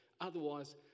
Otherwise